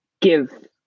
give –